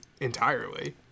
entirely